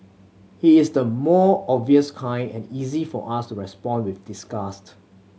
he is the more obvious kind and Is easy for us to respond with disgust